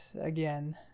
again